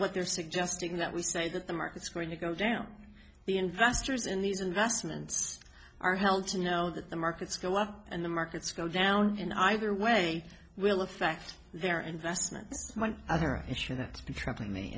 what they're suggesting that we say that the market's going to go down the investors in these investments are held to know that the markets go up and the markets go down in either way will affect their investments ira sure that is tr